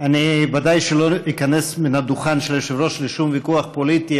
אני ודאי שלא איכנס מן הדוכן של היושב-ראש לשום ויכוח פוליטי,